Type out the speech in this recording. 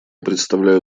предоставляю